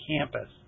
campus